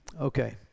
Okay